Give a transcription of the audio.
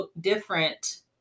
different